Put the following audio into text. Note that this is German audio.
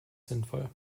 sinnvoll